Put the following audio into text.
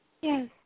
Yes